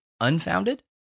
unfounded